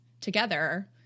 together